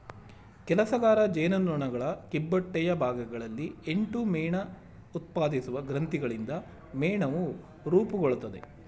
ಕೆಲಸಗಾರ ಜೇನುನೊಣಗಳ ಕಿಬ್ಬೊಟ್ಟೆಯ ಭಾಗಗಳಲ್ಲಿ ಎಂಟು ಮೇಣಉತ್ಪಾದಿಸುವ ಗ್ರಂಥಿಗಳಿಂದ ಮೇಣವು ರೂಪುಗೊಳ್ತದೆ